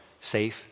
safe